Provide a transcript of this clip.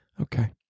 Okay